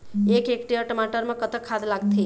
एक हेक्टेयर टमाटर म कतक खाद लागथे?